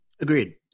Agreed